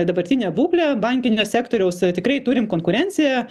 dabartine būkle bankinio sektoriaus tikrai turim konkurenciją